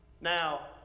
Now